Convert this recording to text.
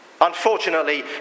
Unfortunately